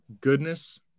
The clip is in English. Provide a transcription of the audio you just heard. goodness